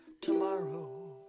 tomorrow